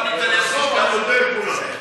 אני מדבר על העיתונאים.